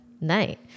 night